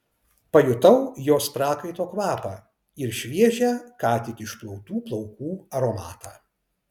pajutau jos prakaito kvapą ir šviežią ką tik išplautų plaukų aromatą